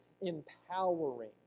empowering